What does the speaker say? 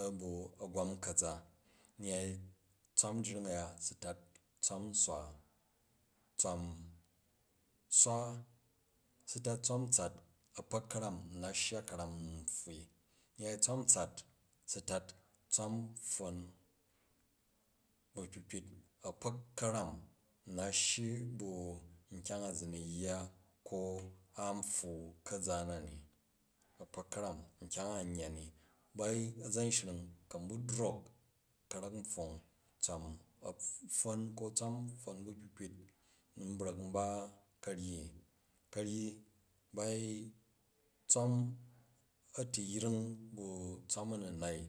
A bu agwam kaza, nyyai tsam jring uya si tat tswan swa. Tswan swa si tat tswan kat a̱kpok karam, n na shya ka̱ram n na shya ka̱ram nn pfoin, nyyai tswan tsat sitat tswam pfwon bu kpi kpit, a̱kpok ka̱ram, n na shyi by nkyang a ni yya ko a nptwu ka̱zu na ni, a̱kpok ka̱ram nkyang a nyya ni. Bai a̱za̱nshring ku̱ n bu drk ka̱rek pfong tswam a̱pfwon ke tswan pfwon bu kpi kpit, n bra̱k n ba ka̱ryi bai tswa a̱tiyring bu tswa gninai,